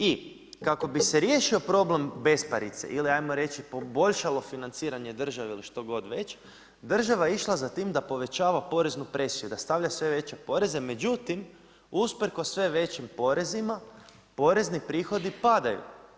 I kako bi se riješio problem besparice ili ajmo reći poboljšalo financiranje države ili što god već, država je išla za tim da povećava poreznu presiju, da stavlja sve veće poreze međutim usprkos sve većim porezima, porezni prihodi padaju.